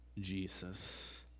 Jesus